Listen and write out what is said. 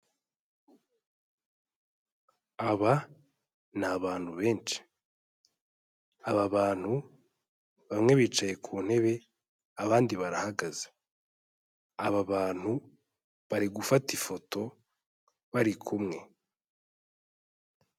Aba ni abantu benshi, aba bantu bamwe bicaye ku ntebe abandi barahagaze, aba bantu bari gufata ifoto bari kumwe.